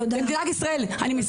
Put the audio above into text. אני לא יכולה.